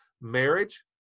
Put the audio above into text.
Marriage